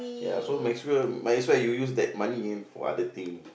ya so might as well might as well you use that money in for other thing